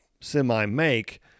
semi-make